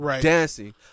Dancing